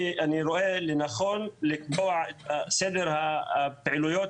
אני רואה לנכון לקבוע את סדר הפעילויות,